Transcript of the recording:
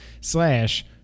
slash